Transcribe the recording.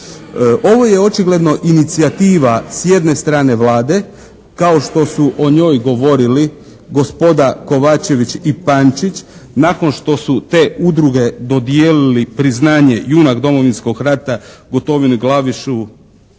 ovo je očigledno inicijativa s jedne strane Vlade kao što su o njoj govorili gospoda Kovačević i Pančić nakon što su te udruge dodijelili priznanje junak Domovinskog rata Gotovini, Glavašu,